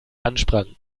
ansprangen